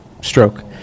stroke